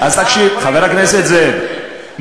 חבר הכנסת זאב,